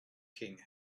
king